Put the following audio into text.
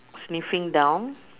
sniffing down